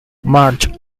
marge